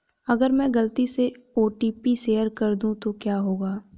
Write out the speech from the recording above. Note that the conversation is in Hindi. अगर मैं गलती से ओ.टी.पी शेयर कर दूं तो क्या होगा?